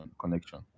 connection